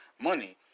money